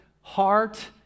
heart